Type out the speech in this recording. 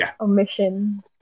omission